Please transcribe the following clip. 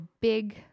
big